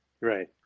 right